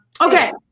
Okay